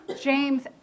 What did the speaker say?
James